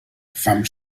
fam